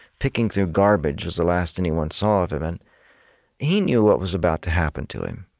picking through garbage was the last anyone saw of him. and he knew what was about to happen to him,